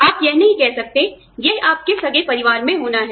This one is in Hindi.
आप यह नहीं कह सकते यह आपके सगे परिवार में होना है